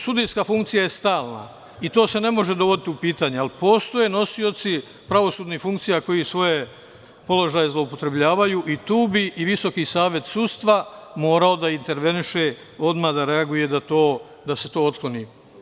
Sudijska funkcija je stalna, i to se ne može dovoditi u pitanje, ali postoje nosioci pravosudnih funkcija koji svoje položaje zloupotrebljavaju i tu bi i Visoki savet sudstva morao da interveniše, odmah da reaguje da se to otkloni.